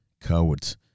cowards